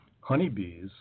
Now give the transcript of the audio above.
honeybees